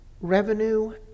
revenue